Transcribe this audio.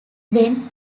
when